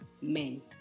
men